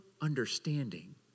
understanding